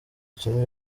kimwe